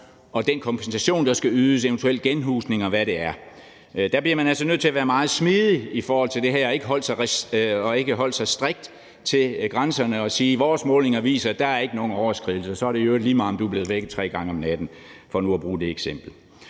og den kompensation, der skal ydes, eventuel genhusning, og hvad det er. Man bliver nødt til at være meget smidig i forhold til det her og ikke holde sig strengt til grænserne og sige, at vores målinger viser, at der ikke er nogen overskridelser, og så er det i øvrigt lige meget, om du er blevet vækket tre gange i løbet af en nat – for nu at bruge det eksempel.